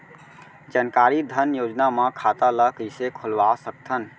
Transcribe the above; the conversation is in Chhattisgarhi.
जानकारी धन योजना म खाता ल कइसे खोलवा सकथन?